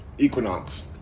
Equinox